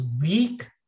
weak